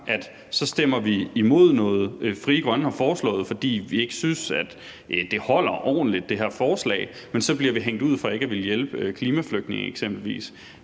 Så stemmer vi imod noget, Frie Grønne har foreslået, fordi vi ikke synes, det holder ordentligt, men så bliver vi hængt ud for ikke at ville hjælpe eksempelvis